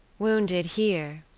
wounded here,